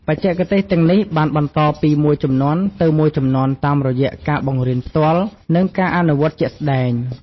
បច្ចេកទេសទាំងនេះបានបន្តពីមួយជំនាន់ទៅមួយជំនាន់តាមរយៈការបង្រៀនផ្ទាល់ និងការអនុវត្តជាក់ស្តែង។